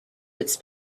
its